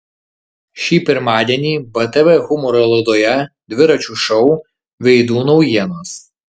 šį pirmadienį btv humoro laidoje dviračio šou veidų naujienos